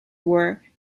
were